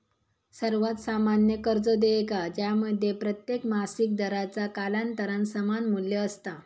सर्वात सामान्य कर्ज देयका ज्यामध्ये प्रत्येक मासिक दराचा कालांतरान समान मू्ल्य असता